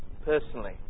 personally